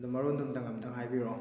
ꯑꯗꯣ ꯃꯔꯣꯟꯗꯨꯝꯇꯪ ꯑꯝꯇꯪ ꯍꯥꯏꯕꯤꯔꯛꯑꯣ